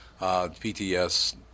PTS